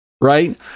right